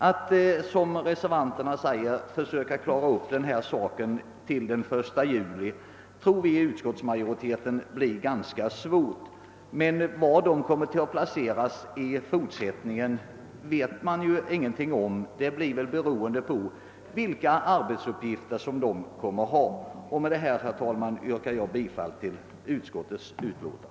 Att, som reservanterna önskar, klara upp det hela till den 1 juli tror vi inom utskottsmajoriteten — blir ganska svårt. Var hemkonsulenterna skall placeras i fortsättningen vet man ju ingenting om; det blir väl beroende av vilka arbetsuppgifter de kommer att ha. Med dessa ord, herr talman, ber jag att få yrka bifall till utskottets hemställan.